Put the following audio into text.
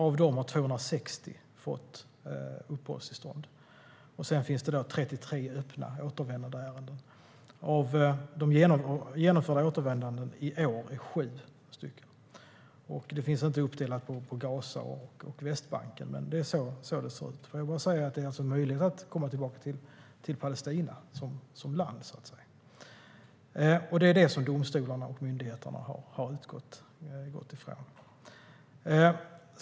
Av dem har 260 fått uppehållstillstånd. Sedan finns det 33 öppna återvändandeärenden. Antalet genomförda återvändanden i år är sju. Statistiken är inte uppdelad på Gaza och Västbanken. Låt mig alltså säga att det är möjligt att återvända till Palestina som land. Det är det som domstolarna och myndigheterna har utgått från.